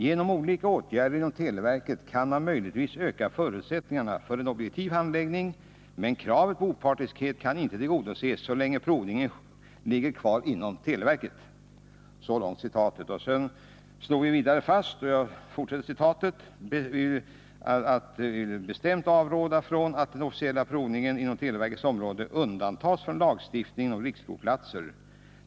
Genom olika åtgärder inom televerket kan man möjligtvis öka förutsättningarna för en objektiv handläggning men kravet på opartiskhet kan inte tillgodoses så länge provningen ligger kvar inom televerket.” Rådet slog vidare fast att det vill ”bestämt avråda från att den officiella provningen inom televerkets område undantas från lagstiftningen om riksprovplatser.